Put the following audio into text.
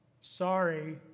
sorry